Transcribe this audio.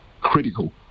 critical